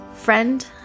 friend